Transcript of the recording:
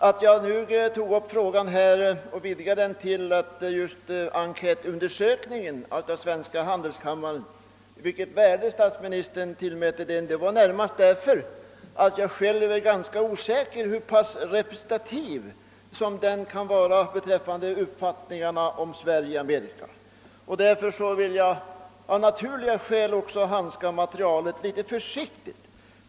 Att jag vidgade frågan till den svenska han delskammarens enkätundersökning och undrade vilket värde statsministern tillmäter den berodde närmast på att jag själv är ganska osäker om hur pass representativ undersökningen kan vara när det gäller uppfattningarna om Sverige i Amerika. Därför vill jag av naturliga skäl handskas försiktigt med materialet.